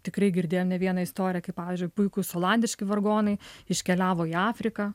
tikrai girdėjo ne vieną istoriją kaip pavyzdžiui puikūs olandiški vargonai iškeliavo į afriką